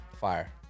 Fire